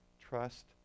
Trust